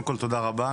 תודה רבה.